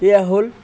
এয়া হ'ল